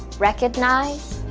recognise,